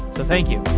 thank you